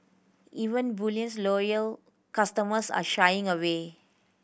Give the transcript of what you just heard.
even bullion's loyal customers are shying away